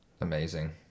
Amazing